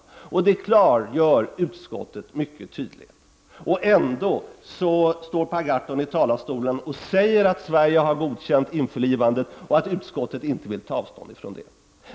Detta klargör utskottet mycket tydligt. Ändå står Per Gahrton i talarstolen och säger att Sverige har godkänt införlivandet och att utskottet inte vill ta avstånd från det.